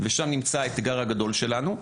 ושם נמצא האתגר הגדול שלנו.